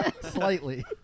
slightly